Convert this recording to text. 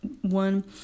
one